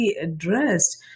addressed